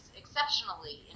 exceptionally